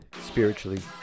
spiritually